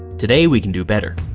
today, we can do better.